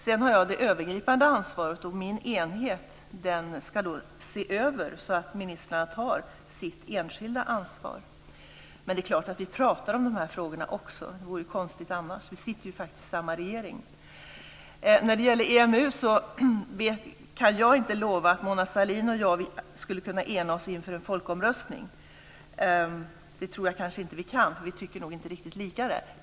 Jag har det övergripande ansvaret, och min enhet ska se till att ministrarna tar sitt enskilda ansvar. Men det är klart att vi också pratar om de här frågorna. Det vore konstigt annars. Vi sitter ju faktiskt i samma regering. När det gäller EMU kan jag inte lova att Mona Sahlin och jag skulle kunna enas inför en folkomröstning. Vi tycker nog inte riktigt lika i det sammanhanget.